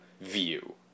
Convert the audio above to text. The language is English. view